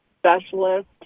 specialist